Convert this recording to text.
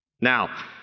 Now